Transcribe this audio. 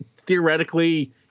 theoretically